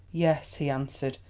yes, he answered,